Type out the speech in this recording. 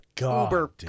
Uber